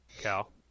Cal